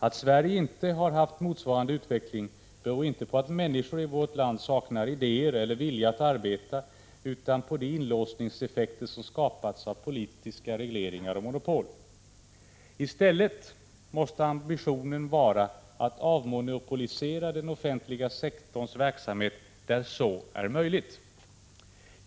Att Sverige inte har haft motsvarande utveckling beror inte på att människor i vårt land saknar idéer eller vilja att arbeta, utan på de inlåsningseffekter som skapats av politiska regleringar och monopol. I stället måste ambitionen vara att avmonopolisera den offentliga sektorns verksamhet där så är möjligt.